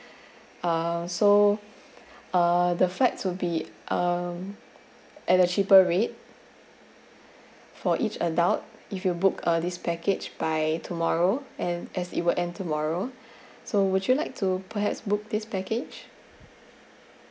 uh so uh the flights will be um at a cheaper rate for each adult if you book uh this package by tomorrow and as it will end tomorrow so would you like to perhaps book this package